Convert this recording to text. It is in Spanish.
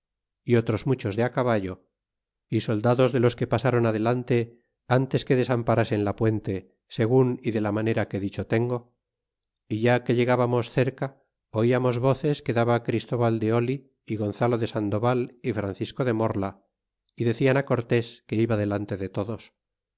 y otros muchos de caballo y soldados de los que pasron adelante antes que desamparasen la puente segun y de la manera que dicho tengo é ya que llegábamos cerca oiamos voces que daba christoval de oh y gonzalo de sandoval y francisco de mona y decian á cortés que iba adelante de todos